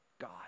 God